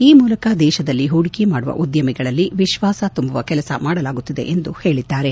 ಈ ಮೂಲಕ ದೇತದಲ್ಲಿ ಹೂಡಿಕೆ ಮಾಡುವ ಉದ್ದಮಿಗಳಲ್ಲಿ ವಿಶ್ವಾಸ ತುಂಬುವ ಕೆಲಸ ಮಾಡಲಾಗುತ್ತಿದೆ ಎಂದು ಹೇಳಿದ್ದಾರೆ